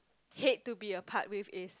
hate to be apart with is